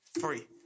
Free